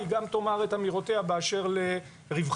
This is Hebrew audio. היא גם תאמר את אמירותיה באשר לרווחת